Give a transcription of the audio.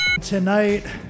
Tonight